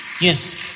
Yes